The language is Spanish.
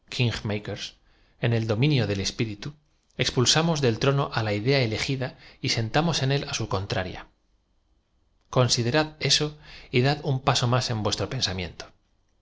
en el domi nio del espirita expulsamos del trono á la idea elegi da y sentamos en él á su contraria considerad eso j dad un paso más en tueatro pensamiento